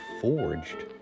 forged